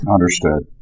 Understood